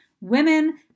Women